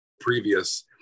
previous